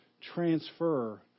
transfer